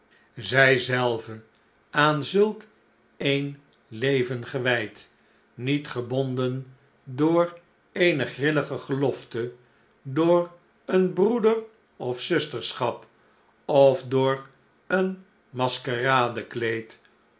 zij zelve aan zulk een leven gewijd niet gebonden door eene grillige gelofte door een broeder of zusterschap of door een